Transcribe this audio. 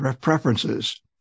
preferences